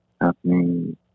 happening